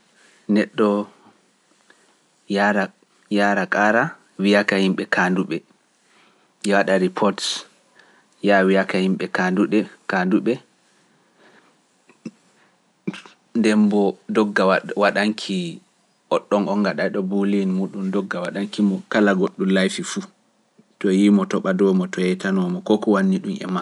Neɗɗo yaara kaara wiyaka yimɓe kaanduɓe, yaa ɗaari poot yaa wiyaka yimɓe kaanduɗe kaanduɓe. Nde mbo doga waɗanki oɗɗon on gaɗa ɗo buuleeni muɗum doga waɗankimo kala goɗɗo laifi fuu, to yiimo to ɓado mo to yeytano mo koko wanni ɗum e maa.